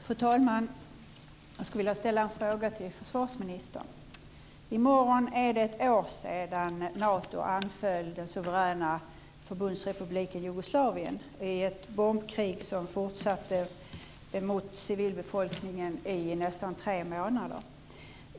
Fru talman! Jag skulle vilja ställa en fråga till försvarsministern. Det är i morgon ett år sedan Nato anföll den suveräna Förbundsrepubliken Jugoslavien i ett bombkrig som fortsatte mot civilbefolkningen i nästan tre månader.